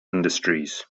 industries